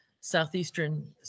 Southeastern